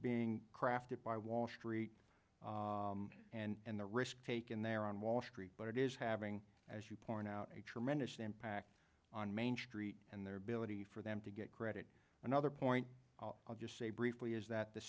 being crafted by wall street and the risk taken there on wall street but it is having as you point out a tremendous impact on main street and their ability for them to get credit another point i'll just say briefly is that the